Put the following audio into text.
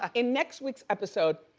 ah in next week's episode,